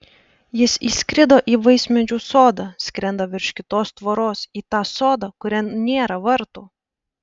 jis įskrido į vaismedžių sodą skrenda virš kitos tvoros į tą sodą kurian nėra vartų